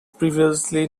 previously